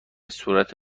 صورت